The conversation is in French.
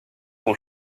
son